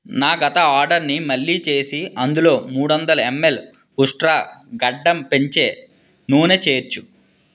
నా గత ఆర్డర్ని మళ్ళీ చేసి అందులో మూడొందల ఎంఎల్ ఉస్ట్రా గడ్డం పెంచే నూనె చేర్చు